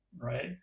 right